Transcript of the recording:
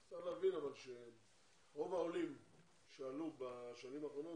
צריך להבין שרוב העולים שעלו בשנים האחרונות